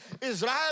Israel